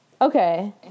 Okay